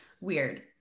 weird